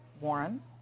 Warren